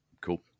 Cool